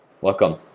Welcome